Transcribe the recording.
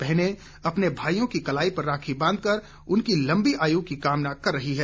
बहनें अपने भाईयों की कलाई पर राखी बांधकर उनकी लंबी आयु की कामना कर रही हैं